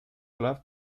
club